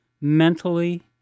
mentally